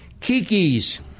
Kiki's